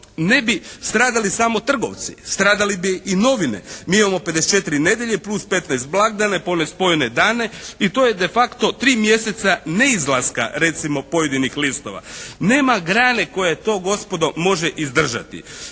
ne bi stradali samo trgovci. Stradale bi i novine. Mi imamo 54 nedjelje plus 15 blagdana i one spojene dane i to je de facto 3 mjeseca neizlaska recimo pojedinih listova. Nema grane koja to gospodo može izdržati.